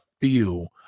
feel